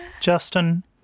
Justin